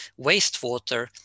wastewater